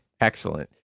Excellent